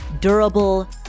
durable